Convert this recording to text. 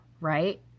right